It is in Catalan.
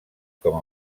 com